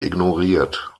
ignoriert